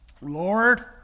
Lord